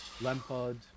Lampard